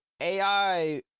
AI